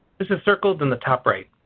this is circled in the top right.